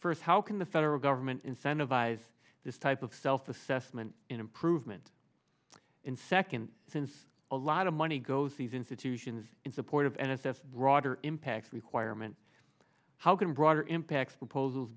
first how can the federal government incentivize this type of self assessment in improvement in second since a lot of money goes these institutions in support of n s f broader impact requirement how can a broader impact proposals